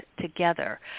together